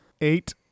Eight